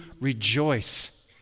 rejoice